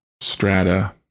strata